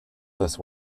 this